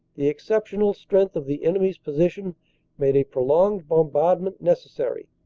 the exceptional strength of the enemy's position made a prolonged bombardment neces sary.